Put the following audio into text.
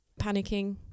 panicking